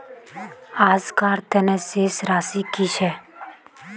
आजकार तने शेष राशि कि छे?